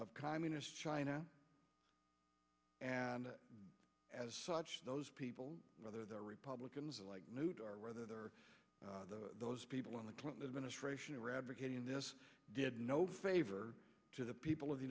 of communist china and as such those people whether they're republicans like newt or whether there are those people in the clinton administration are advocating this did no favor to the people of the